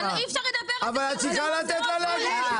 אבל אי אפשר לדבר על --- אבל את צריכה לתת לה להגיב.